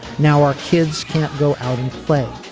now our kids can't go out and play.